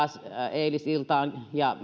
eilisiltaan ja